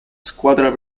squadra